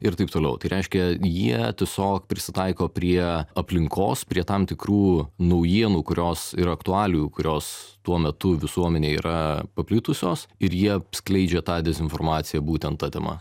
ir taip toliau tai reiškia jie tiesiog prisitaiko prie aplinkos prie tam tikrų naujienų kurios ir aktualijų kurios tuo metu visuomenėj yra paplitusios ir jie skleidžia tą dezinformaciją būtent ta tema